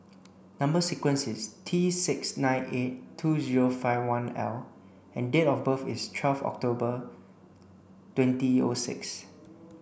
number sequence is T six nine eight two zero five one L and date of birth is twelve October twenty O six